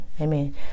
amen